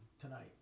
tonight